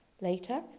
later